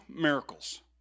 miracles